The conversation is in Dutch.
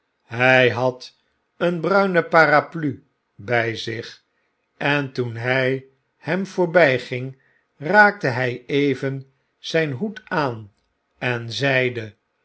hg had een bruine parapluie by zich en toen hg hem voorbgging raakte hg even zgn hoed aan en zeide